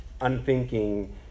unthinking